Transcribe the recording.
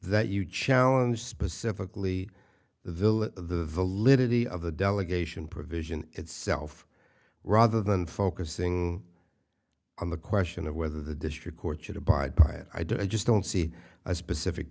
that huge challenge specifically the the liturgy of the delegation provision itself rather than focusing on the question of whether the district court should abide by it i do i just don't see a specific